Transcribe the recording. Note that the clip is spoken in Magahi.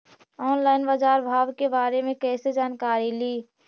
ऑनलाइन बाजार भाव के बारे मे कैसे जानकारी ली?